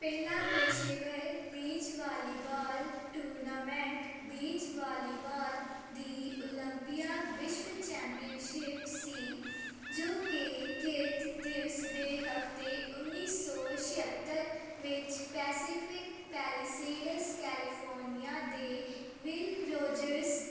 ਪਹਿਲਾ ਪੇਸ਼ੇਵਰ beach volleyball tournament beach volleyball ਦੀ ਓਲੰਪੀਆ ਵਿਸ਼ਵ ਚੈਂਪੀਅਨਸ਼ਿਪ ਸੀ ਜੋ ਕਿ ਕੇਤ ਦਿਵਸ ਦੇ ਹਫਤੇ ਉੱਨੀ ਸੌ ਛਿਹੱਤਰ ਵਿੱਚ ਪੈਸੀਫਿਕ ਪੈਲੀਸਿਡਸ ਕੈਲੀਫੋਰਨੀਆ ਦੇ ਵਿਲ ਰੋਜਰਸ